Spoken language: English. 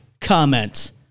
comment